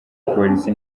polisi